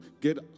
get